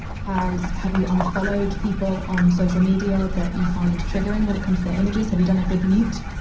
has, have you unfollowed people on social media that you find triggering when it comes to images? have you done a good mute?